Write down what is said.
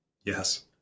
Yes